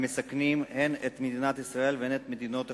המסכנים הן את מדינת ישראל והן את המדינות השכנות.